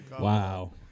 Wow